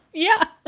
yeah,